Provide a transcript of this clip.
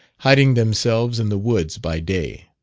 hiding themselves in the woods by day.